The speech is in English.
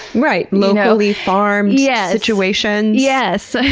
right, locally farmed yeah situations. yes!